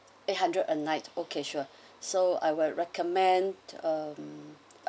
eight hundred a night okay sure so I will recommend um